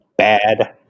Bad